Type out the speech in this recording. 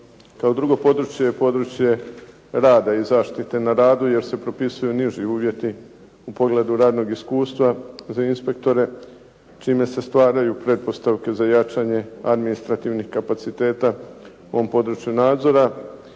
Kao drugo područje je područje rada i zaštite na radu, jer se propisuju niži uvjeti u pogledu radnog iskustva za inspektore čime se stvaraju pretpostavke za jačanje administrativnih kapaciteta u ovom području nadzora